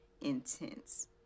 intense